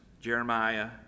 Jeremiah